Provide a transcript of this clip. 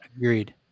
Agreed